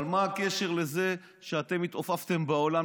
אבל מה הקשר לזה שאתם התעופפתם בעולם,